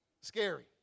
Scary